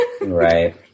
Right